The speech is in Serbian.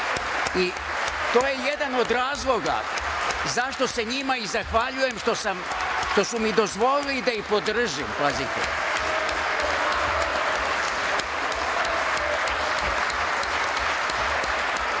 To je jedan od razloga zašto se njima i zahvaljujem što su mi dozvolili da ih podržim. Samo